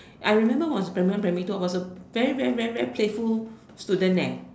I remember was primary one primary two I was a very very very playful student eh